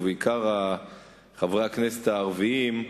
ובעיקר חברי הכנסת הערבים,